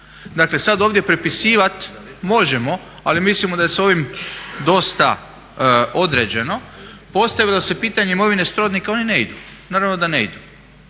Dakle, sad ovdje prepisivati možemo ali mislimo da je s ovim dosta određeno. Postavilo se pitanje imovine srodnika, oni ne idu, naravno da ne idu.